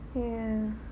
ya